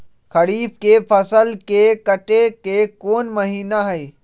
खरीफ के फसल के कटे के कोंन महिना हई?